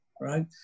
right